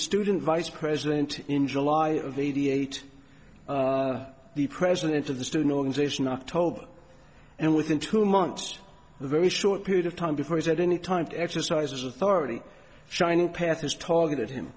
student vice president in july of eighty eight the president of the student organization october and within two months a very short period of time before he said any time to exercise authority shining path has targeted him